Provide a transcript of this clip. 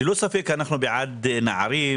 ללא ספק אנחנו בעד נערים,